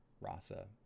Rasa